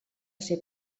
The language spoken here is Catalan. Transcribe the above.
ser